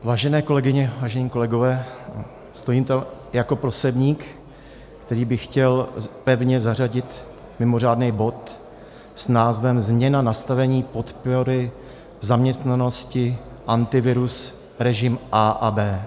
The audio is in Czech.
Vážené kolegyně, vážení kolegové, stojím tu jako prosebník, který by chtěl pevně zařadit mimořádný bod s názvem Změna nastavení podpory zaměstnanosti Antivirus, režim A a B.